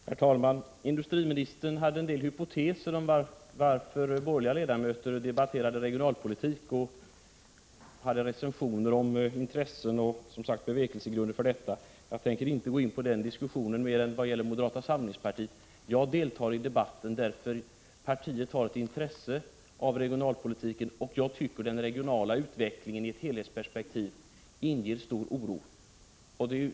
Herr talman! Industriministern hade en del hypoteser om varför borgerliga ledamöter debatterar regionalpolitik och gjorde recensioner av bevekelsegrunderna för detta intresse. Jag tänker inte gå in i denna diskussion. Jag deltar i debatten därför att moderata samlingspartiet har ett intresse för regionalpolitiken. Jag tycker att den regionala utvecklingen sedd i ett helhetsperspektiv inger stor oro.